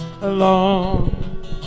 alone